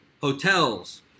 hotels